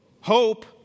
hope